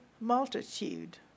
multitude